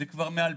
זה כבר מ-2006.